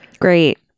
great